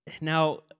Now